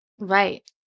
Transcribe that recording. Right